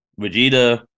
Vegeta